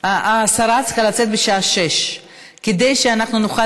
השרה צריכה לצאת בשעה 18:00. כדי שאנחנו נוכל